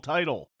Title